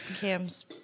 Cam's